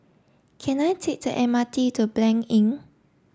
can I take the M R T to Blanc Inn